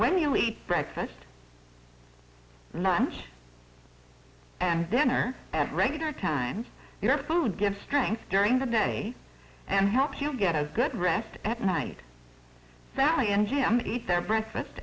when you eat breakfast lunch and dinner at regular times your food gives strength during the day and helps you get a good rest at night that i and jim eat their breakfast